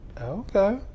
okay